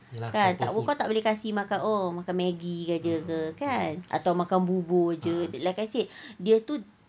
kan kau tak boleh kasi makan oh makan maggi jer ke kan atau makan bubur jer like I said dia tu